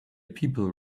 people